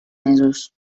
mesos